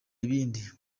ibindi